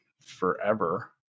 forever